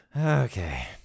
Okay